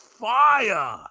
fire